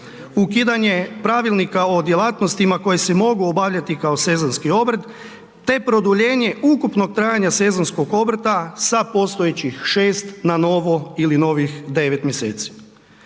Ukidanje Pravilnika o djelatnostima koje se mogu obavljati kao sezonski obrt, te produljenje ukupnog trajanja sezonskog obrta sa postojećih 6 na novo ili novih 9. mjeseci.